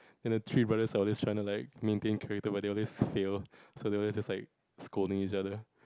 and the three brothers are always like trying to maintain character but they always fail so they always just like scolding each other